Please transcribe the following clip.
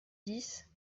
dix